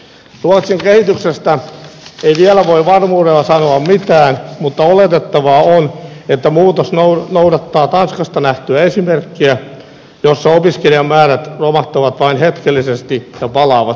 ruotsin kehityksestä ei vielä voi varmuudella sanoa mitään mutta oletettavaa on että muutos noudattaa tanskassa nähtyä esimerkkiä jossa opiskelijamäärät romahtavat vain hetkellisesti ja palaavat sitten ennalleen